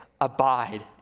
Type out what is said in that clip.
abide